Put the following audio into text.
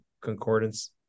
concordance